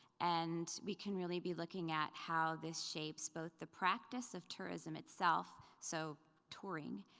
and we can really be looking at how this shapes both the practice of tourism itself, so touring,